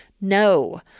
No